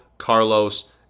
Carlos